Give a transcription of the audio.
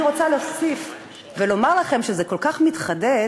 אני רוצה להוסיף ולומר לכם שזה כל כך מתחדד,